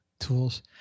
tools